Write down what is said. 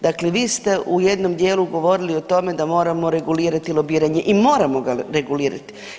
Dakle vi ste u jednom dijelu govorili o tome da moramo regulirati lobiranje i moramo ga regulirati.